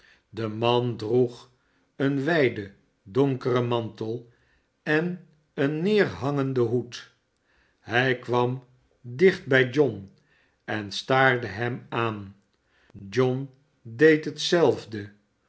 de man droeg een wijden donkeren mantel en een neerhangenden hoed hij kwam dicht bij john en staarde hem aan john deed hetzelfde